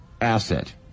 asset